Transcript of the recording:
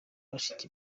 bashiki